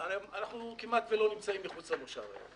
אנחנו כמעט ולא נמצאים מחוץ למושב היום.